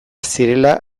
zirela